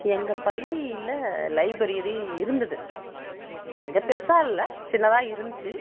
எங்கள் பள்ளியில் லைப்ரரி இருந்தது மிகப்பெருசாக இல்லை சின்னதாக இருந்துச்சு